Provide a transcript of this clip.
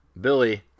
Billy